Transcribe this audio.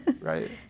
right